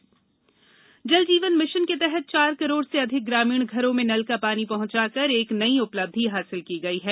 जल Jeevan Mission Jal Jeevan Mission के तहत चार करोड़ से अधिक ग्रामीण घरों में नल का पानी पहुंचाकर एक नई उपलब्धि हासिल की गई है